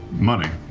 money?